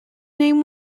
name